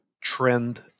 trend